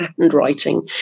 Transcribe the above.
handwriting